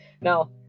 Now